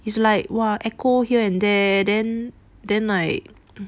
is like !wah! echo here and there then then like